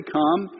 come